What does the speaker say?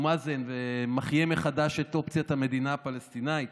מאזן ומחיה מחדש את אופציית המדינה הפלסטינית.